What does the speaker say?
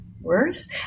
worse